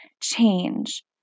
change